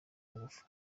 nguvu